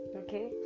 okay